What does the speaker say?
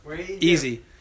Easy